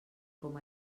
com